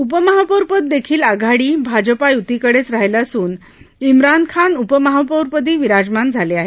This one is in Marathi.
उपमहापौर पद देखील आघाडी भाजपा य्तीकडेच राहिलं असून इमान खान उपमहापौरपदी विराजमान झाले आहेत